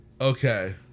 Okay